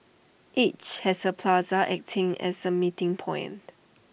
each has A plaza acting as A meeting point